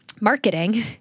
marketing